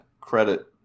credit